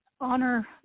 honor